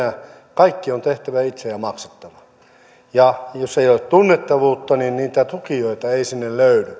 kaikki on tehtävä itse ja maksettava jos ei ole tunnettavuutta niin niitä tukijoita ei sinne löydy